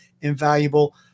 invaluable